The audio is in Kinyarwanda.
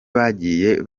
bagiye